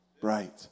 bright